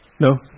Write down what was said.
No